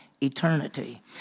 eternity